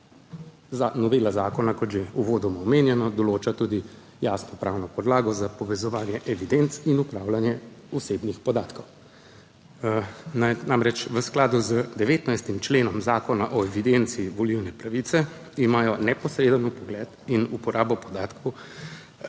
novela zakona, kot že uvodoma omenjeno, določa tudi jasno pravno podlago za povezovanje evidenc in upravljanje osebnih podatkov. Namreč, v skladu z 19. členom Zakona o evidenci volilne pravice imajo neposreden vpogled in uporabo podatkov